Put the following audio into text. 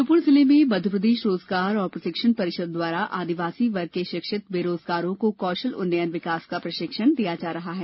श्योपुर जिले में मध्यप्रदेश रोजगार एवं प्रशिक्षण परीषद द्वारा आदिवासी वर्ग के शिक्षित बेरोजगारों को कौशल उन्नयन विकास का प्रशिक्षण दिया जा रहा है